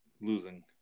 losing